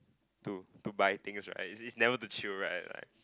to to buy things right it's never to chill right